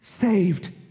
saved